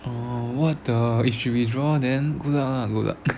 oh what the if she withdraw then good luck lah good luck